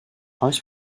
oes